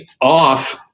off